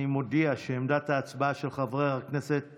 אני מודיע שעמדת ההצבעה של חבר הכנסת